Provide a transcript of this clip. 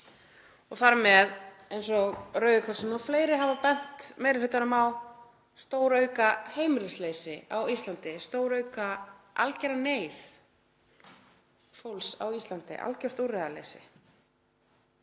og þar með, eins og Rauði krossinn og fleiri hafa bent meiri hlutanum á, stórauka heimilisleysi á Íslandi, stórauka algera neyð fólks á Íslandi, algjört úrræðaleysi.